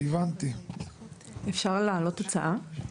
אפשר להעלות הצעה?